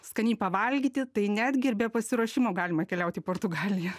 skaniai pavalgyti tai netgi ir be pasiruošimo galima keliaut į portugaliją